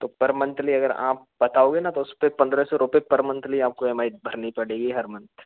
तो पर मंथली अगर आप बताओगे ना तो उस पे पंद्रह सौ रुपए पर मंथली आपको ई एम आई भरनी पड़ेगी हर मंथ